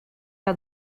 que